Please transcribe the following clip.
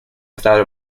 without